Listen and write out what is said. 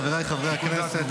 חבריי חברי הכנסת,